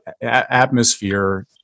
atmosphere